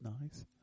nice